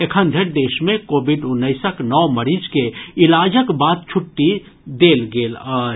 एखन धरि देश मे कोविड उन्नैसक नओ मरीज के इलाजक बाद छुट्टी देल गेल अछि